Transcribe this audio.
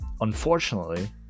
Unfortunately